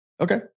Okay